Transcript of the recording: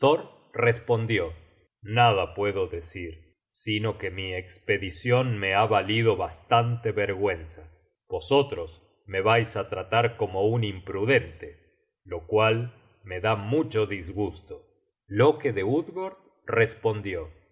respondió nada puedo decir sino que mi espedicion me ha valido bastante vergüenza vosotros me vais á tratar como un imprudente lo cual me da mucho disgusto loke de utgord respondió